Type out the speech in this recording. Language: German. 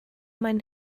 mein